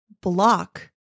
block